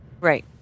Right